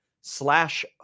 slash